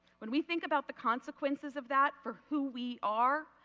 when we think about the consequences of that for who we are,